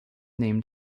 named